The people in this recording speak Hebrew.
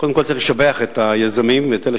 קודם כול צריך לשבח את היזמים ואת אלה